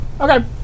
Okay